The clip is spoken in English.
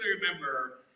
remember